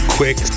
quick